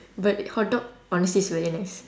but hotdog honestly is very nice